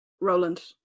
roland